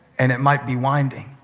and it might be winding,